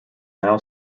now